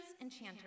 enchanters